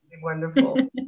Wonderful